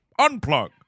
unplug